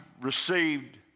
received